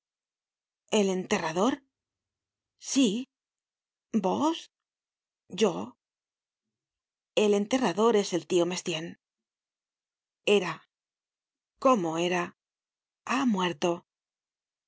el enterrador sí vos yo el enterradores el tio mestienne era cómo era ha muerto